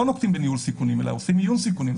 נוקטים ניהול סיכונים אלא עושים איון סיכונים.